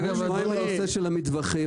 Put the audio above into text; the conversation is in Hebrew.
הנושא של המטווחים.